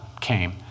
came